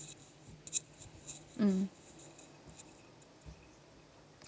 mm